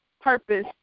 purpose